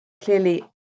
Clearly